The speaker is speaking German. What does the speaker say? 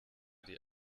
die